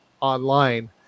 online